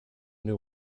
new